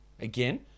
again